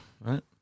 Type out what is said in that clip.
right